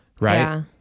Right